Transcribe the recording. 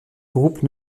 groupe